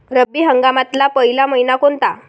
रब्बी हंगामातला पयला मइना कोनता?